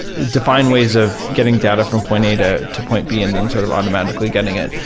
define ways of getting data from point a to to point b and then sort of automatically getting it.